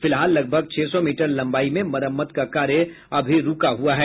फिलहाल लगभग छह सौ मीटर लंबाई में मरम्मत का कार्य अभी रूका हुआ है